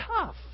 tough